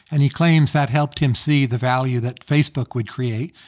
and he claims that helped him see the value that facebook would create.